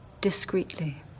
discreetly